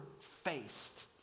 faced